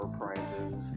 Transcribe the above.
prizes